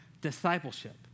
discipleship